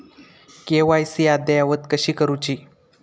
KYC अद्ययावत कशी करुची?